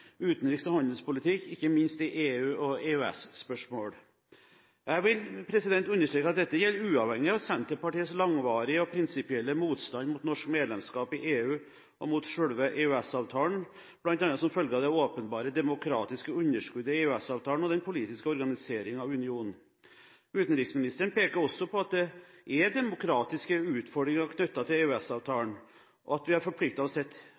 utenriks- og handelspolitikk, ikke minst i EU- og EØS-spørsmål. Jeg vil understreke at dette gjelder uavhengig av Senterpartiets langvarige og prinsipielle motstand mot norsk medlemskap i EU og mot selve EØS-avtalen, bl.a. som følge av det åpenbare demokratiske underskuddet i EØS-avtalen og den politiske organiseringen av unionen. Utenriksministeren peker også på at det er demokratiske utfordringer knyttet til EØS-avtalen, og at vi har forpliktet oss